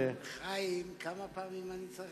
חיים, כמה פעמים אני צריך,